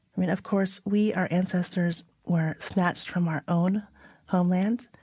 i mean, of course, we our ancestors were snatched from our own homeland.